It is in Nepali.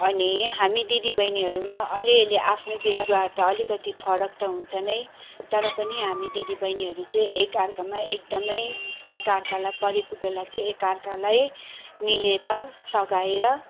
अनि हामी दिदी बहिनीहरूमा अलिअलि आफ्नो व्यवहार त अलिकति फरक त हुन्छ नै तर पनि हामी दिदी बहिनीहरू चाहिँ एकाअर्कामा एकदमै एकाअर्कालाई परेको बेला चाहिँ एकाअर्कालाई मिलेर सघाएर